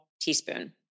teaspoon